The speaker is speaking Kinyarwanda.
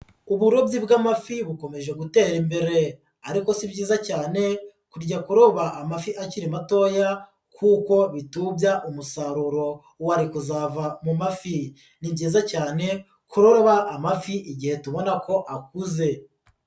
Uburobyi bw'amafi bukomeje gutera imbere ariko si byiza cyane kujya kuroba amafi akiri matoya kuko bitubya umusaruro wari kuzava mu mafi, ni byiza cyane kuroba amafi igihe tubona ko akuze.